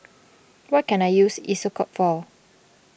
what can I use Isocal for